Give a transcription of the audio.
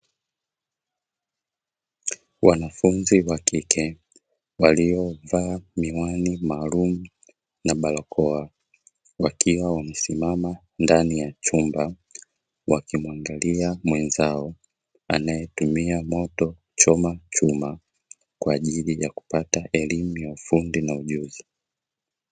Wanafunzi wa kike waliovaa miwani maalumu na barakoa, wakiwa wamesimama ndani ya chumba, wakimwangalia mwenzao anayetumia moto kuchoma chuma, kwa ajili ya kupata elimu ya ufundi na ujuzi.